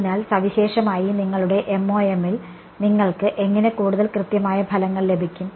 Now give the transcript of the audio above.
അതിനാൽ സവിശേഷമായി നിങ്ങളുടെ MoM ൽ നിങ്ങൾക്ക് എങ്ങനെ കൂടുതൽ കൃത്യമായ ഫലങ്ങൾ ലഭിക്കും